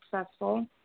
successful